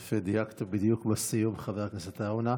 יפה, דייקת בדיוק בסיום, חבר הכנסת עטאונה.